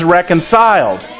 reconciled